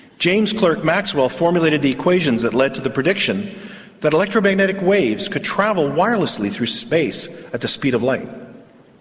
james clerk maxwell formulated the equations that led to the prediction that electromagnetic waves could travel wirelessly through space at the speed of light.